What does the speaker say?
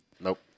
nope